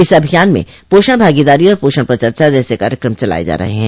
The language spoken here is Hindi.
इस अभियान में पोषण भागीदारी और पोषण पर चर्चा जैसे कार्यक्रम चलाये जा रहे हैं